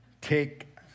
take